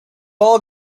all